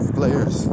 players